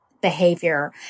behavior